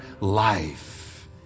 life